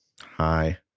Hi